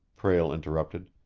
prale interrupted.